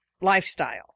lifestyle